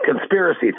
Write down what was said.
conspiracy